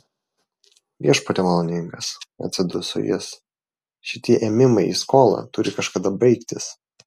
viešpatie maloningas atsiduso jis šitie ėmimai į skolą turi kažkada baigtis